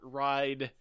ride